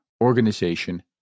organization